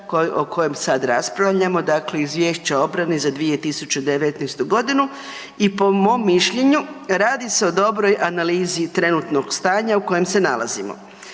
o kojem sad raspravljamo, dakle Izvješća obrane za 2019. g. i po mom mišljenju, radi se o dobroj analizi trenutnog stanja u kojem se nalazimo.